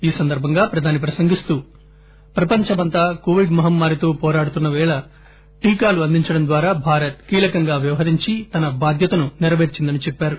ఈ సందర్భంగా ప్రధాని ప్రసంగిస్తూ ప్రపంచమంతా కోవిడ్ మహమ్మారితో పోరాడుతున్న పేళ టీకాలు అందించడం ద్వారా భారత్ తన బాధ్యతను నెరపేర్చిందని చెప్పారు